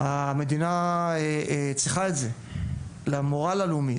המדינה צריכה את זה, למורל הלאומי.